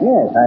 Yes